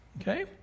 okay